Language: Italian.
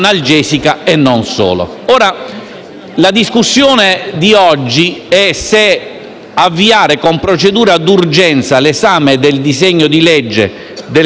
La discussione di oggi è se avviare o no con procedura d'urgenza l'esame del disegno di legge del collega Ciampolillo.